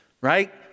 right